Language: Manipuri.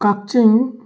ꯀꯥꯛꯆꯤꯡ